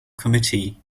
committee